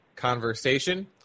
conversation